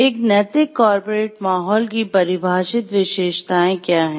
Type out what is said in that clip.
एक नैतिक कॉर्पोरेट माहौल की परिभाषित विशेषताएं क्या हैं